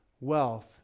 wealth